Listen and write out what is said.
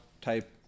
type